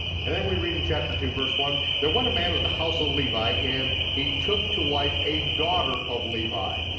and then we read in chapter two, verse one, there went a man into the house of levi and he took to wife a daughter of levi.